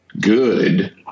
good